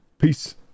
Peace